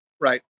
Right